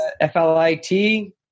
f-l-i-t